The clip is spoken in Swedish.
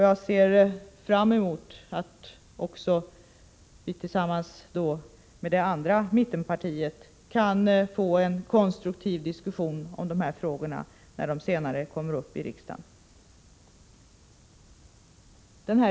Jag ser fram mot att vi tillsammans med det andra mittenpartiet kan föra en konstruktiv diskussion om dessa frågor, när de senare kommer upp i riksdagen.